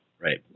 Right